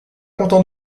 content